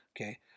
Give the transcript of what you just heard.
okay